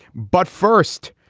but first,